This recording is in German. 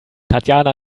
tatjana